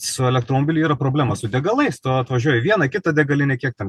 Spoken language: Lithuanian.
su elektromobiliu yra problema su degalais tu atvažiuoji į vieną kitą degalinę kiek ten